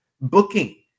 booking